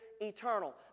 eternal